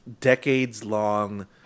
decades-long